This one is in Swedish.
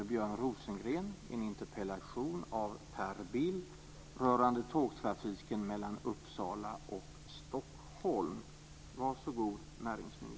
Jag vill också ge den erkänslan i inlägget här att det mer handlar om att tala om framtiden än om det som har varit.